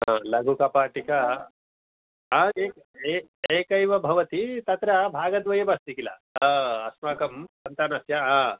लघुकपाटिका एकैव भवति तत्र भागद्वयं अस्ति किल अस्माकं सन्तानस्य